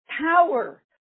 power